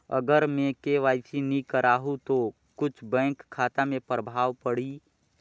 अगर मे के.वाई.सी नी कराहू तो कुछ बैंक खाता मे प्रभाव पढ़ी?